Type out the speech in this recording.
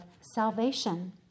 salvation